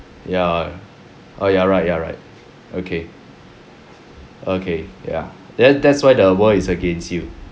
ya oh you are right you are right okay okay ya then that's why the world is against you